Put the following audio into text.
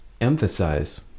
emphasize